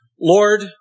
Lord